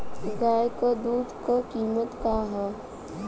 गाय क दूध क कीमत का हैं?